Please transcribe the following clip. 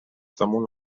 damunt